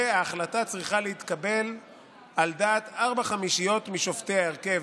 וההחלטה צריכה להתקבל על דעת ארבע חמישיות משופטי ההרכב,